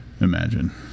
imagine